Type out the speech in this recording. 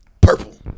Purple